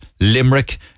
Limerick